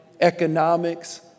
economics